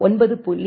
9